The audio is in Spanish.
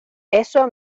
eso